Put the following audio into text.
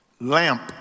lamp